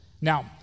Now